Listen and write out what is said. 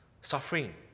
Suffering